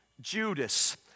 Judas